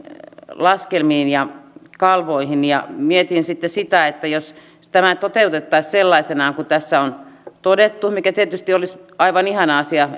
laskelmiin ja kalvoihin ja mietin sitten sitä että jos tämä toteutettaisiin sellaisenaan kuin tässä on todettu mikä tietysti olisi aivan ihana asia